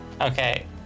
Okay